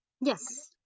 Yes